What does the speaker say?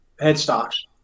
headstocks